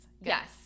Yes